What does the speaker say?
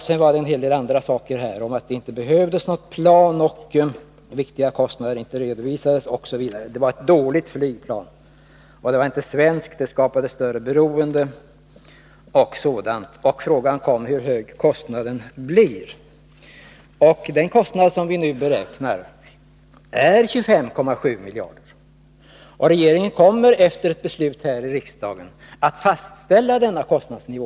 Sedan sades det en hel del annat — att det inte behövs något plan, att viktiga kostnader inte redovisas, att det är ett dåligt flygplan, att det inte är svenskt, vilket skapar stort beroende, osv. Frågan ställdes hur hög kostnaden blir. Den kostnad vi nu beräknar är 25,7 miljarder, och regeringen kommer, efter ett beslut här i riksdagen, att fastställa denna kostnadsnivå.